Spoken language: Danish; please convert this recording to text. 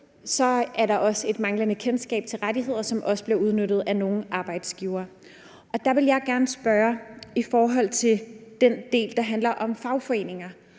er der også et manglende kendskab til rettigheder, som også bliver udnyttet af nogle arbejdsgivere. Der vil jeg gerne spørge i forhold til den del, der handler om fagforeninger.